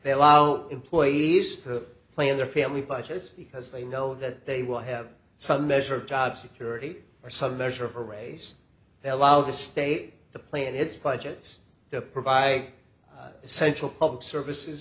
they allow employees to plan their family budgets because they know that they will have some measure of job security or some measure of a raise that allows the state to play in its budgets to provide essential public services